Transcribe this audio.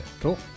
Cool